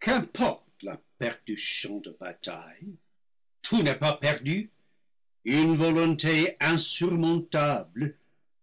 qu'importe la perte du champ de bataille tout n'est pas perdu une volonté insurmontable